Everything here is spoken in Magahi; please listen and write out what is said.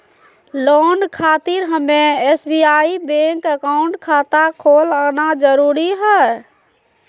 लोन खातिर हमें एसबीआई बैंक अकाउंट खाता खोल आना जरूरी है?